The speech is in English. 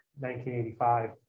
1985